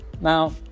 Now